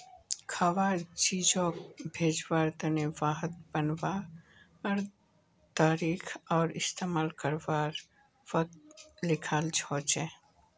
खवार चीजोग भेज्वार तने वहात बनवार तारीख आर इस्तेमाल कारवार वक़्त लिखाल होचे